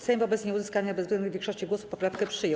Sejm wobec nieuzyskania bezwzględnej większości głosów poprawkę przyjął.